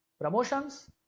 promotions